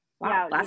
Wow